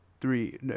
three